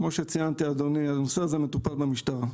כמו שציינתי, אדוני, הנושא הזה מטופל במשטרה.